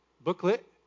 booklet